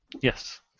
Yes